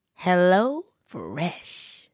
HelloFresh